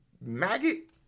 maggot